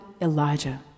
Elijah